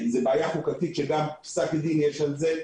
זה בעיה חוקתית שגם פסק דין יש על זה,